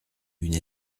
une